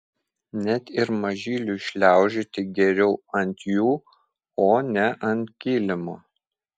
net ir mažyliui šliaužioti geriau ant jų o ne ant kilimo